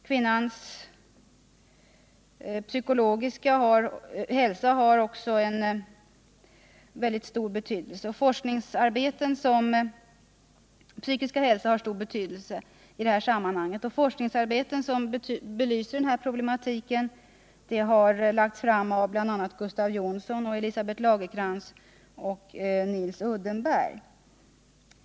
Kvinnans psykiska hälsa har stor betydelse i detta sammanhang. Forskningsarbeten som belyser denna problematik har lagts fram av bl.a. Gustav Jonsson, Elisabet Lagercrantz och Nils Uddenberg.